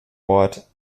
ort